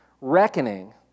reckoning